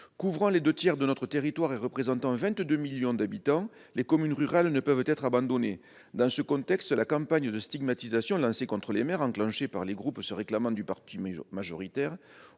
Couvrant les deux tiers de notre territoire et représentant 22 millions d'habitants, les communes rurales ne peuvent pas être abandonnées. Dans ce contexte, la campagne de stigmatisation lancée contre les maires par des groupes se réclamant du parti majoritaire